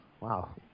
wow